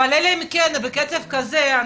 אבל אלא אם כן בקצב כזה,